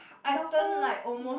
I turn like almost